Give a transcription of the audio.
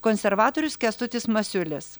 konservatorius kęstutis masiulis